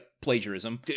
plagiarism